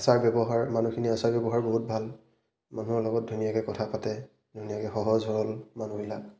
আচাৰ ব্যৱহাৰ মানুহখিনি আচাৰ ব্যৱহাৰ বহুত ভাল মানুহৰ লগত ধুনীয়াকৈ কথা পাতে ধুনীয়াকৈ সহজ সৰল মানুহবিলাক